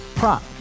Prop